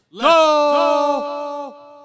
go